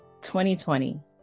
2020